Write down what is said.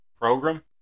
Program